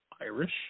Irish